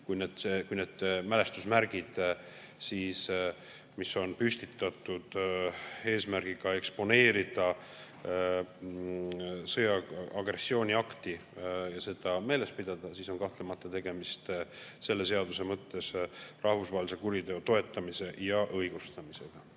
kui need mälestusmärgid, mis on püstitatud eesmärgiga eksponeerida sõjalist agressiooniakti ja seda meeles pidada, kahtlemata tegemist selle seaduse mõttes rahvusvahelise kuriteo toetamise ja õigustamisega.